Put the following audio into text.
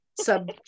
sub